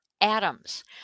atoms